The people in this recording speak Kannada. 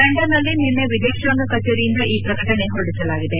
ಲಂಡನ್ನಲ್ಲಿ ನಿನ್ನೆ ವಿದೇಶಾಂಗ ಕಚೇರಿಯಿಂದ ಈ ಪ್ರಕಟಣೆ ಹೊರಡಿಸಲಾಗಿದೆ